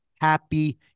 happy